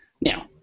Now